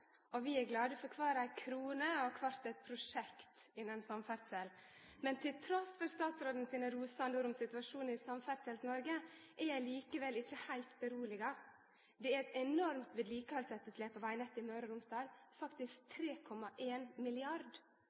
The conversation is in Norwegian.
og kvart eit prosjekt innan samferdsel. Men trass i statsrådens rosande ord om situasjonen i Samferdsels-Noreg, er eg likevel ikkje heilt roa. Det er eit enormt vedlikehaldsetterslep på vegnettet i Møre og Romsdal, faktisk